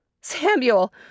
Samuel